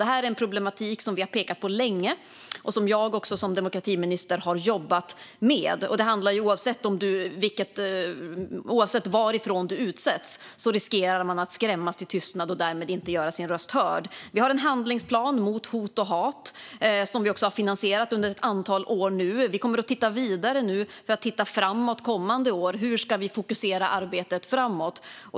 Detta är en problematik som vi har pekat på länge och som jag som demokratiminister har jobbat med. Oavsett varifrån man utsätts riskerar man att skrämmas till tystnad och därmed inte göra sin röst hörd. Vi har en handlingsplan mot hot och hat, som vi har finansierat under ett antal år. Vi kommer nu att titta vidare mot kommande år på vad vi ska fokusera arbetet på framåt.